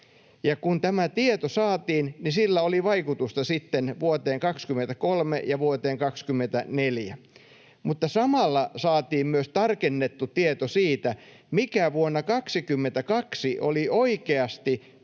Kun tämä tieto saatiin, sillä oli vaikutusta sitten vuoteen 23 ja vuoteen 24. Mutta samalla saatiin myös tarkennettu tieto siitä, mikä vuonna 22 oli oikeasti